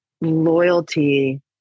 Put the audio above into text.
loyalty